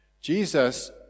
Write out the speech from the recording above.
Jesus